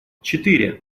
четыре